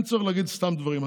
אין צורך להגיד סתם דברים.